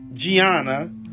Gianna